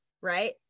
right